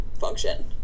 function